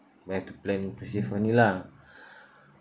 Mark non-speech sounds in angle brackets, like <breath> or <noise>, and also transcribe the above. they have to plan to save money lah <breath>